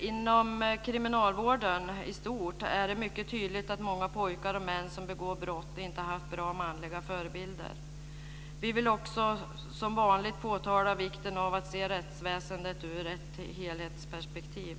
Inom kriminalvården i stort är det mycket tydligt att många pojkar och män som begår brott inte har haft bra manliga förebilder. Vi vill också, som vanligt, påtala vikten av att se rättsväsendet från ett helhetsperspektiv.